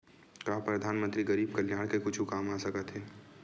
का परधानमंतरी गरीब कल्याण के कुछु काम आ सकत हे